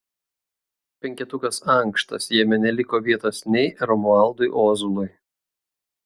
penketukas ankštas jame neliko vietos nei romualdui ozolui